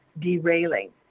derailing